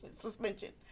suspension